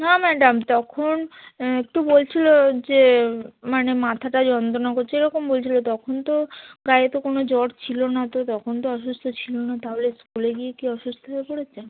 না ম্যাডাম তখন একটু বলছিল যে মানে মাথাটা যন্ত্রণা করছে এরকম বলছিল তখন তো গায়ে তো কোনও জ্বর ছিল না তো তখন তো অসুস্থ ছিল না তাহলে স্কুলে গিয়ে কি অসুস্থ হয়ে পড়েছে